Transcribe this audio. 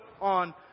on